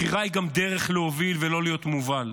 בחירה היא גם דרך להוביל ולא להיות מובל.